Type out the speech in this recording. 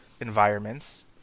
environments